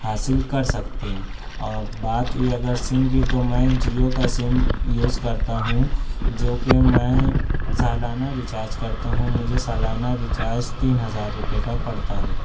حاصل کر سکتے ہیں اور بات ہوئی اگر سم کی تو میں جیو کا سم یوز کرتا ہوں جوکہ میں سالانہ ریچارج کرتا ہوں مجھے سالانہ ریچارج تین ہزار روپئے کا پڑتا ہے